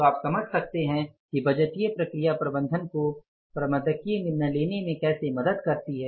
तो आप समझ सकते हैं कि बजटीय प्रक्रिया प्रबंधन को प्रबंधकीय निर्णय लेने में कैसे मदद करती है